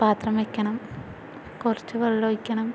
പാത്രം വയ്ക്കണം കുറച്ച് വെള്ളമൊഴിക്കണം